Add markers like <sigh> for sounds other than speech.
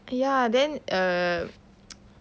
ya then err <noise>